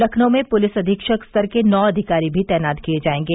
लखनऊ में पुलिस अधीक्षक स्तर के नौ अधिकारी भी तैनात किए जाएंगे